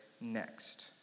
next